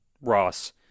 Ross